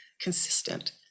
consistent